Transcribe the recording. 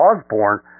Osborne